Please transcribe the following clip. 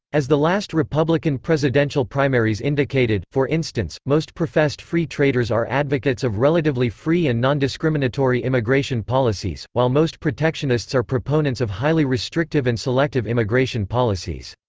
as the last republican presidential primaries indicated, for instance, most professed free traders are advocates relatively free and nondiscriminatory immigration policies, while most protectionists are proponents of highly restrictive and selective immigration policies.